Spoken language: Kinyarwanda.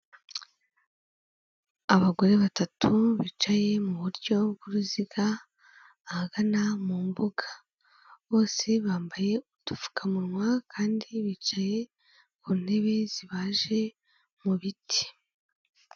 Abagore batatu bicaye mu buryo bw'uruziga ahagana mu mbuga. Bose bambaye udupfukamunwa kandi bicaye ku ntebe zibaje mu biti.